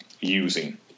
using